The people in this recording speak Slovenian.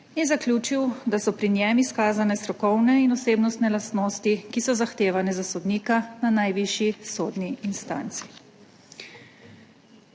Zaključil je, da so pri njem izkazane strokovne in osebnostne lastnosti, ki so zahtevane za sodnika na najvišji sodni instanci.